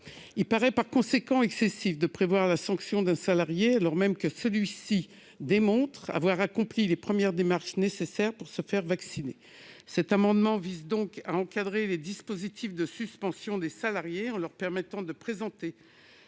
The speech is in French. Il paraît par conséquent excessif de prévoir la sanction d'un salarié qui démontrerait avoir accompli les premières démarches nécessaires pour se faire vacciner. Cet amendement vise donc à encadrer les dispositifs de suspension des salariés, en leur permettant de présenter